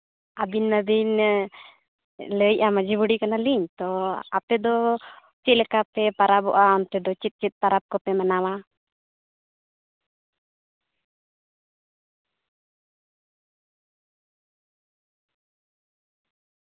ᱟᱹᱵᱤᱱ ᱢᱟᱵᱤᱱ ᱞᱟᱹᱭᱮᱫᱼᱟ ᱢᱟᱺᱡᱷᱤ ᱵᱩᱲᱦᱤ ᱠᱟᱱᱟᱞᱤᱧ ᱛᱚ ᱟᱯᱮ ᱫᱚ ᱪᱮᱫᱞᱮᱠᱟ ᱯᱮ ᱯᱟᱨᱟᱵᱚᱜᱼᱟ ᱚᱱᱛᱮ ᱫᱚ ᱪᱮᱫ ᱪᱮᱫ ᱯᱟᱨᱟᱵᱽ ᱠᱚᱯᱮ ᱢᱟᱱᱟᱣᱟ